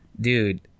Dude